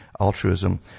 altruism